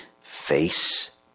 face